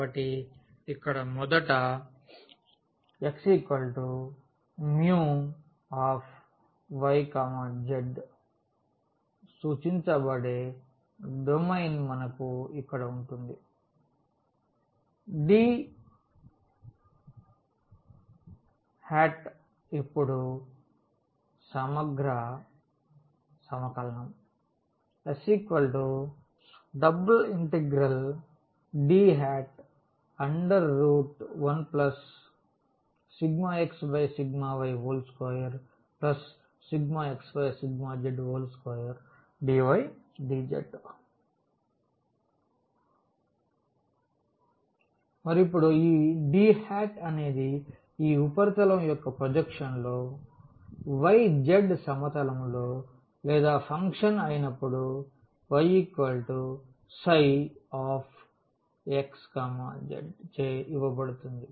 కాబట్టి ఇక్కడ మొదట x μ y z సూచించబడే డొమైన్ మనకు ఇక్కడ ఉంటుంది D ఇప్పుడు సమగ్ర S ∬D1∂x∂y2∂x∂z2dy dz మరియు ఇప్పుడు ఈ D అనేది ఆ ఉపరితలం యొక్క ప్రొజెక్షన్లో yz సమతలంలో లేదా ఫంక్షన్ అయినప్పుడు yψxz చే ఇవ్వబడుతుంది